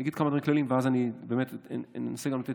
אני אגיד כמה דברים כלליים ואז אנסה לתת